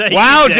wow